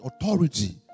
authority